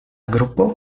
grupo